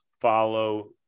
follow